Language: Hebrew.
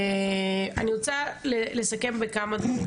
אני רוצה לסכם בכמה דברים.